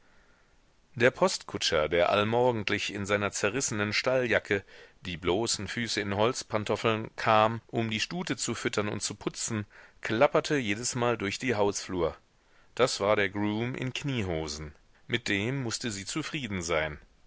der postkutscher der allmorgentlich in seiner zerrissenen stalljacke die bloßen füße in holzpantoffeln kam um die stute zu füttern und zu putzen klapperte jedesmal durch die hausflur das war der groom in kniehosen mit dem mußte sie zufrieden sein